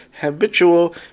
habitual